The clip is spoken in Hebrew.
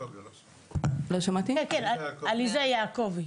עליזה יעקבי.